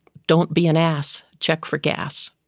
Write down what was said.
don't be an ass, check for gas.